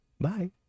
Bye